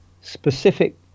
specific